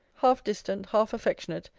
half-distant, half-affectionate,